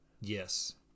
Yes